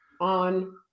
on